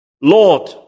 Lord